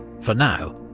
for now,